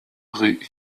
rue